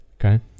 okay